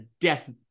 death